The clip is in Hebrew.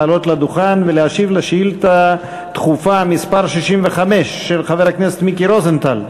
לעלות לדוכן ולהשיב לשאילתה דחופה מס' 65 של חבר הכנסת מיקי רוזנטל.